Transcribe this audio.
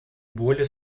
более